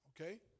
Okay